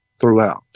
throughout